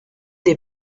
des